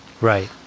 Right